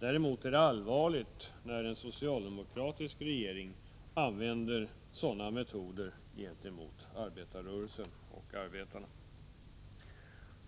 Däremot är det allvarligt när en socialdemokratisk regering använder sådana metoder gentemot arbetarrörelsen och arbetarna.